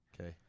Okay